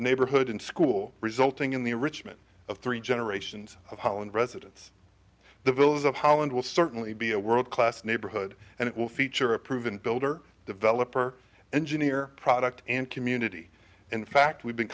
neighborhood and school resulting in the richmond of three generations of holland residents the villas of holland will certainly be a world class neighborhood and it will feature a proven builder developer engineer product and community in fact we've been